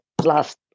last